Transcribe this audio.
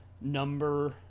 number